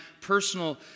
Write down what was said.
personal